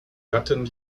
gattin